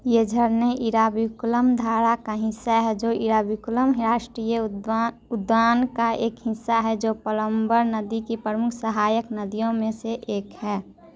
यह झरने इराविकुलम धारा का हिस्सा हैं जो इराविकुलम राष्ट्रीय उद्यान का एक हिस्सा है और पम्बर नदी की प्रमुख सहायक नदियों में से एक है